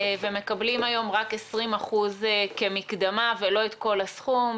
ומקבלים היום רק 20% כמקדמה, ולא את כל הסכום.